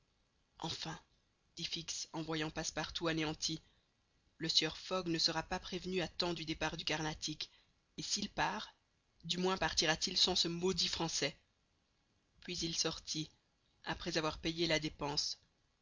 enfin dit fix en voyant passepartout anéanti le sieur fogg ne sera pas prévenu à temps du départ du carnatic et s'il part du moins partira t il sans ce maudit français puis il sortit après avoir payé la dépense